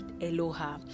aloha